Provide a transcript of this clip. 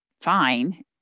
fine